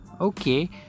Okay